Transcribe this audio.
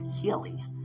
healing